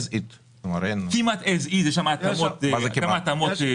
כמעט כמו שזה.